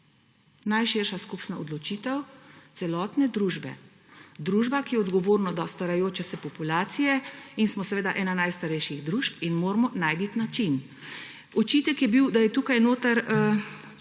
najširša skupna odločitev celotne družbe. Družbe, ki je odgovorna do starajoče se populacije; in smo seveda ena najstarejših družb in moramo najti način. Očitek je bil, da je v četrti